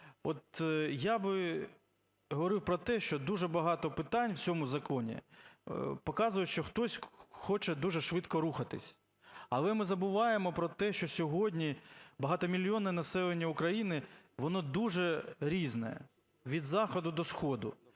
я би говорив про те, що дуже багато питань в цьому законі показують, що хтось хоче дуже швидко рухатися. Але ми забуваємо про те, що сьогодні багатомільйонне населення України, воно дуже різне від заходу до сходу.